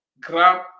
Grab